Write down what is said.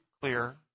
clear